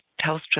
Telstra